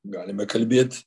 galime kalbėt